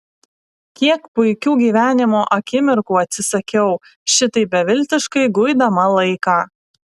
kiek puikių gyvenimo akimirkų atsisakiau šitaip beviltiškai guidama laiką